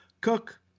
Cook